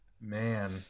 Man